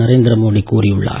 நரேந்திர மோடி கூறியுள்ளார்